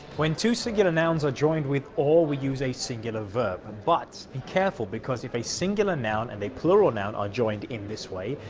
when two singular nouns are joined with or, we use a singular verb, but be careful because if a singular noun and a plural noun are joined in this way,